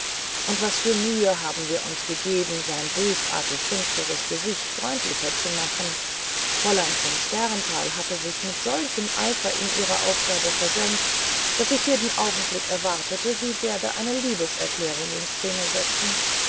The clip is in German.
und was für mühe haben wir uns gegeben sein bösartig finsteres gesicht freundlicher zu machen fräulein von sternthal hatte sich mit solchem eifer in ihre aufgabe versenkt daß ich jeden augenblick erwartete sie werde eine liebeserklärung in szene setzen